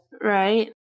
right